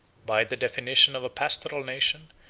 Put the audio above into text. by the definition of a pastoral nation,